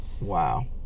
Wow